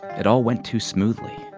it all went too smoothly.